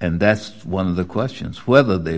and that's one of the questions whether they